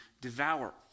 devour